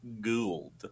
Gould